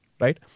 Right